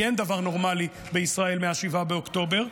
כי אין דבר נורמלי בישראל מ-7 באוקטובר,